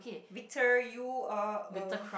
Victor you are a